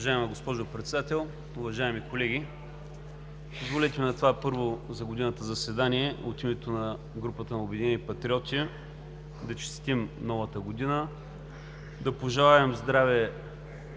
Уважаема госпожо Председател, уважаеми колеги! Позволете ми на това първо за годината заседание от името на групата на „Обединени патриоти“ да Ви честитим новата година, да пожелаем здраве,